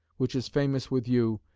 which is famous with you,